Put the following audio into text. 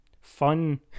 fun